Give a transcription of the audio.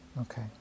Okay